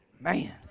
Man